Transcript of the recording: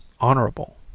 honorable